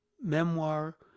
memoir